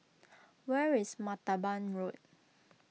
where is Martaban Road